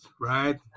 right